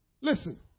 Listen